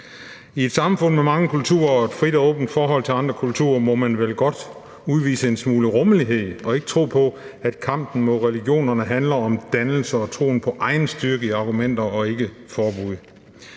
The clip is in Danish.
I et samfund med mange kulturer og et frit og åbent forhold til andre kulturer må man vel godt udvise en smule rummelighed og tro på, at kampen mod religionerne handler om dannelse og troen på egen styrke i argumenter og ikke forbud.